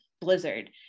blizzard